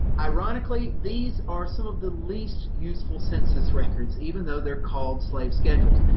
ironically, these are some of the least useful census records, even though they're called slave schedules.